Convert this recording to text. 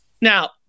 Now